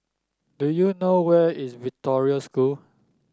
do you know where is Victoria School